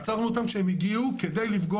עצרנו אותם כשהם הגיעו לפגוע.